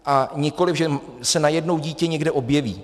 A nikoliv že se najednou dítě někde objeví.